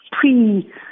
pre-